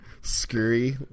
Scurry